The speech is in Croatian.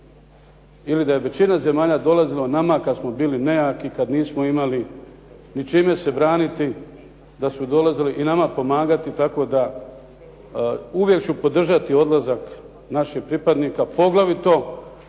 ili da je većina zemalja dolazilo nama kad smo bili nejaki, kad nismo imali ni čime se braniti da su dolazili i nama pomagati tako da uvijek ću podržati odlazak naših pripadnika poglavito